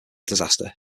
disaster